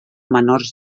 menors